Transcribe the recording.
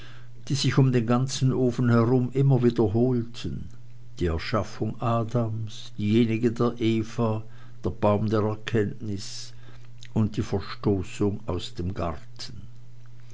die sich um den ganzen ofen herum immer wiederholten die erschaffung adams diejenige der eva der baum der erkenntnis und die verstoßung aus dem garten